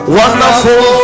wonderful